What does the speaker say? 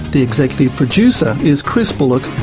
the executive producer is chris bullock.